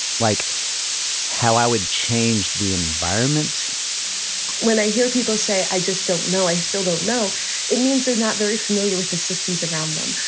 like how i would change the environment when i hear people say i just don't know, i still don't know it means they're not very familiar with the systems around them.